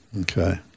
Okay